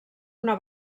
una